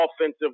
offensive